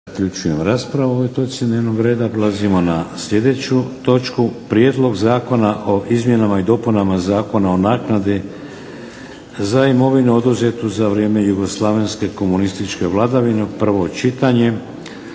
Vladimir (HDZ)** Prelazimo na sljedeću točku - Prijedlog zakona o izmjenama i dopunama Zakona o naknadi za imovinu oduzetu za vrijeme jugoslavenske komunističke vladavine, prvo čitanje,